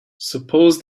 suppose